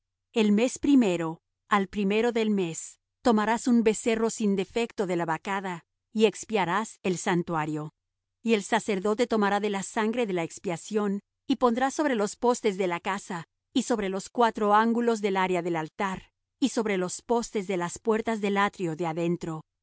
el mes primero al primero del mes tomarás un becerro sin defecto de la vacada y expiarás el santuario y el sacerdote tomará de la sangre de la expiación y pondrá sobre los postes de la casa y sobre los cuatro ángulos del área del altar y sobre los postes de las puertas del atrio de adentro